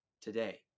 today